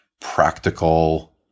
practical